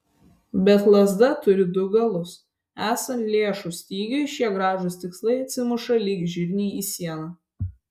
bet lazda turi du galus esant lėšų stygiui šie gražūs tikslai atsimuša lyg žirniai į sieną